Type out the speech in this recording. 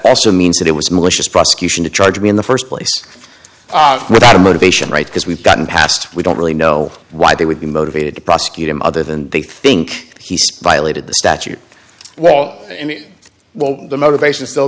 also means that it was malicious prosecution to charge me in the st place without a motivation right because we've gotten past we don't really know why they would be motivated to prosecute him other than they think he's violated the statute well and well the motivation still